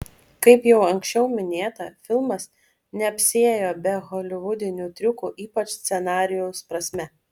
kaip jau anksčiau minėta filmas neapsiėjo be holivudinių triukų ypač scenarijaus prasme